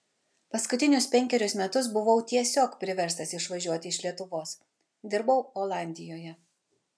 paskutinius penkerius metus buvau tiesiog priverstas išvažiuoti iš lietuvos dirbau olandijoje